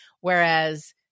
Whereas